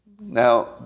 Now